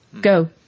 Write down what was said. Go